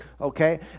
Okay